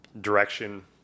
direction